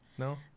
No